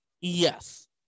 Yes